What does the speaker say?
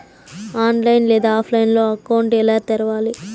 online లేదా ఆఫ్లైన్లో account ఎలా తెరవాలి